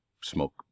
smoke